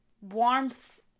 warmth